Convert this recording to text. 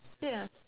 ya